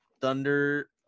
thunder